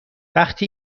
وقتی